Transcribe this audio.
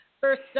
First